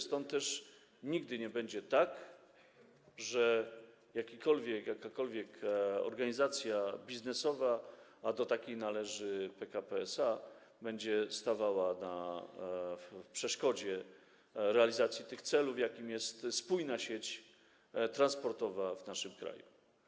Stąd też nigdy nie będzie tak, że jakakolwiek organizacja biznesowa, a do takich należy PKP SA, będzie stawała na przeszkodzie realizacji tego celu, jakim jest spójna sieć transportowa w naszym kraju.